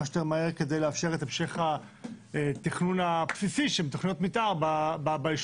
שיותר מהר כדי לאפשר את המשך התכנון הבסיסי של תוכניות מתאר ביישובים,